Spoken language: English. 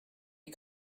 you